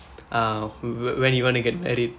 ah wh~ when you want to get married